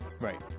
Right